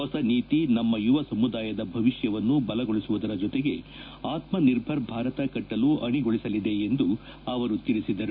ಹೊಸ ನೀತಿ ನಮ್ನ ಯುವ ಸಮುದಾಯದ ಭವಿಷ್ಣವನ್ನು ಬಲಗೊಳಿಸುವ ಜೊತೆಗೆ ಆತ್ನ ನಿರ್ಭರ್ ಭಾರತ ಕಟ್ಟಲು ಅಣಿಗೊಳಿಸಲಿದೆ ಎಂದು ಅವರು ತಿಳಿಬಿದರು